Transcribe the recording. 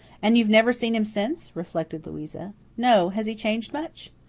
and you've never seen him since? reflected louisa. no. has he changed much?